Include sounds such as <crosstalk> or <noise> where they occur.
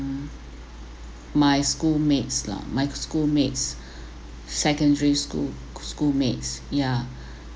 my schoolmates lah my schoolmates <breath> secondary school schoolmates yeah <breath>